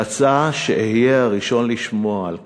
רצה שאהיה הראשון לשמוע על כך.